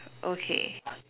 okay